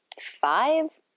five